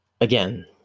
again